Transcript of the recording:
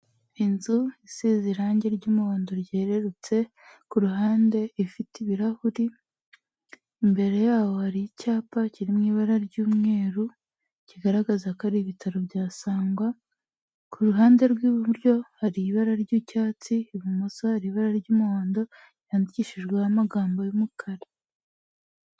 Inzu iseze irange ry'umuhondo ryererutse ku ruhande ifite ibirahuri, imbere yaho hari icyapa kiri mu ibara ry'umweru kigaragaza ko ari Ibitaro bya Sangwa, ku ruhande rw'iburyo hari ibara ry'icyatsi ibumoso hari ibara ry'umuhondo ryandikishijweho amagambo y'umukara.